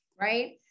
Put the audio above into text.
right